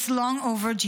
It’s long overdue.